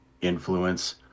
influence